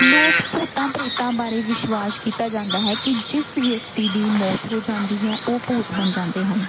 ਲੋਕ ਭੂਤਾਂ ਪ੍ਰੇਤਾਂ ਬਾਰੇ ਵਿਸ਼ਵਾਸ ਕੀਤਾ ਜਾਂਦਾ ਹੈ ਕਿ ਜਿਸ ਵਿਅਕਤੀ ਦੀ ਮੌਤ ਹੋ ਜਾਂਦੀ ਹੈ ਉਹ ਭੂਤ ਬਣ ਜਾਂਦੇ ਹਨ